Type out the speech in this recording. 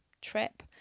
trip